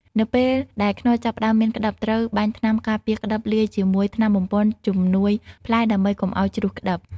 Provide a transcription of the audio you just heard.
នៅពេលដែលខ្នុរចាប់ផ្តើមមានក្តិប ត្រូវបាញ់ថ្នាំការពារក្តិបលាយជាមួយថ្នាំបំប៉នជំនួយផ្លែដើម្បីកុំឲ្យជ្រុះក្តិប។